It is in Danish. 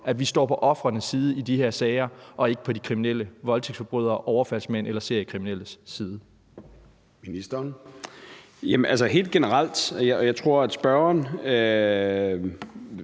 at vi står på ofrenes side i de her sager og ikke på de kriminelles – voldtægtsforbryderes, overfaldsmænds eller seriekriminelles – side. Kl. 13:40 Formanden (Søren Gade): Ministeren.